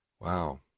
Wow